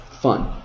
fun